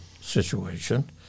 situation—